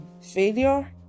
failure